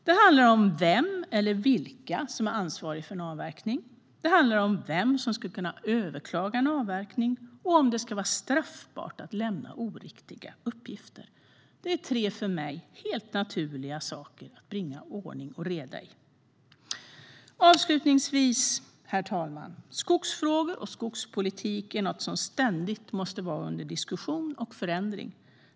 Det handlar om vem eller vilka som är ansvariga för en avverkning, vem som ska kunna överklaga en avverkning och om det ska vara straffbart att lämna oriktiga uppgifter. Det är tre för mig helt naturliga saker att bringa ordning och reda i. Avslutningsvis, herr talman: Skogsfrågor och skogspolitik är något som ständigt måste vara under diskussion och förändring.